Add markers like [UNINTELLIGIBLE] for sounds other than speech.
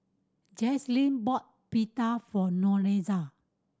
[UNINTELLIGIBLE] bought Pita for Lorenza